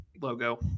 logo